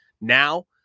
Now